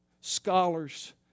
scholars